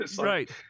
Right